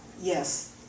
Yes